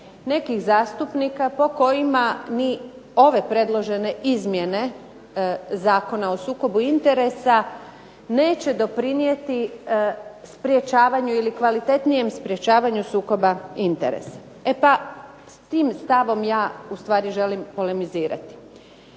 nekih zastupnika po kojima ni ove predložene izmjene Zakona o sukobu interesa neće doprinijeti sprečavanju ili kvalitetnijem sprečavanju sukoba interesa. E pa, s tim stavom ja ustvari želim polemizirati.